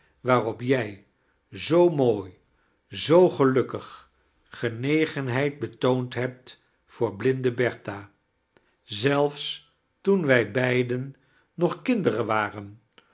waarop jij zoo mool zoo gelukkerstvertellingen kig genegenheid betoond hebt voor blinde bertha zelfs toen wij beiden nog kdnderen waren